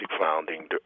founding